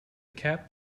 cap